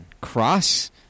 Cross